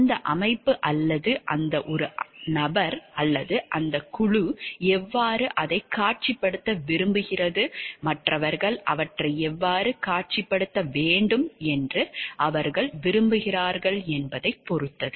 அந்த அமைப்பு அல்லது அந்த ஒரு நபர் அல்லது அந்தக் குழு எவ்வாறு அதைக் காட்சிப்படுத்த விரும்புகிறது மற்றவர்கள் அவற்றை எவ்வாறு காட்சிப்படுத்த வேண்டும் என்று அவர்கள் விரும்புகிறார்கள் என்பதை பொறுத்தது